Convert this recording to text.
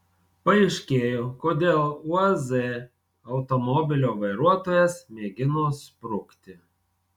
paaiškėjo kodėl uaz automobilio vairuotojas mėgino sprukti